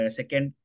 second